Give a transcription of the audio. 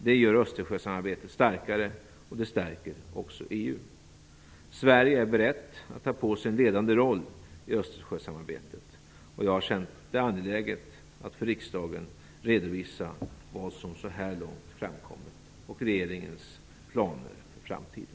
Det gör Östersjösamarbetet starkare, och det stärker också EU. Sverige är berett att ta på sig en ledande roll i Östersjösamarbetet, och jag har känt det angeläget att för riksdagen redovisa vad som framkommit så här långt och regeringens planer för framtiden.